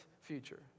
future